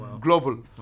Global